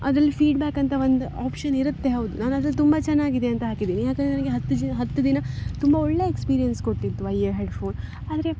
ಅದರಲ್ಲಿ ಫೀಡ್ಬ್ಯಾಕ್ ಅಂತ ಒಂದು ಆಪ್ಷನ್ ಇರುತ್ತೆ ಹೌದು ನಾನು ಅದ್ರಲ್ಲಿ ತುಂಬ ಚೆನ್ನಾಗಿದೆ ಅಂತ ಹಾಕಿದ್ದೀನಿ ಯಾಕೆಂದ್ರೆ ನನಗೆ ಹತ್ತು ದಿನ ಹತ್ತು ದಿನ ತುಂಬ ಒಳ್ಳೆಯ ಎಕ್ಸ್ಪೀರಿಯೆನ್ಸ್ ಕೊಟ್ಟಿತ್ತು ವಯ ಈ ಹೆಡ್ಫೋನ್ ಆದರೆ